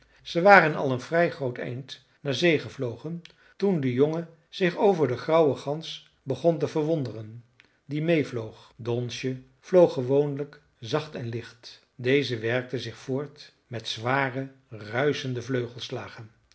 ze waren al een vrij groot eind naar zee gevlogen toen de jongen zich over de grauwe gans begon te verwonderen die meê vloog donsje vloog gewoonlijk zacht en licht deze werkte zich voort met zware